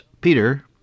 Peter